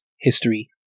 history